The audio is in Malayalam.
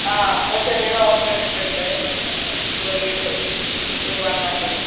ആ ഇപ്പോൾ ചെറിയൊരു ഓഫർ ഇട്ടിട്ടുണ്ട് ഇപ്പോൾ ഈ ഒരു ഒരു വൺ മന്തിന്